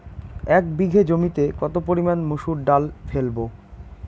এক বিঘে জমিতে কত পরিমান মুসুর ডাল ফেলবো?